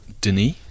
Denis